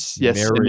Yes